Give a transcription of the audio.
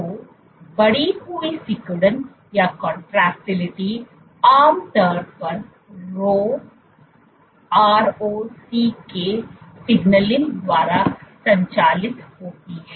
तो बढ़ी हुई सिकुड़न आमतौर पर rho ROCK सिग्नलिंग द्वारा संचालित होती है